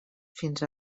fins